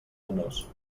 menors